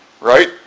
right